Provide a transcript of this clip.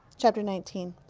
chapter nineteen.